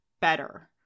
better